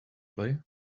play